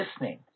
listening